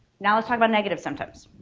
now let's talk about negative sometimes.